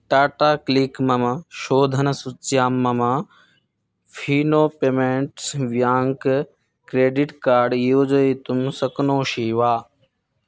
Tata CLiQ मम शोधनसूच्यां मम Fino payments bank credit card योजयितुं शक्नोषि वा